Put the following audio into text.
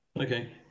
Okay